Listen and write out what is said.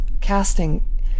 casting